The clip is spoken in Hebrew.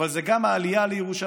אבל זה גם העלייה לירושלים.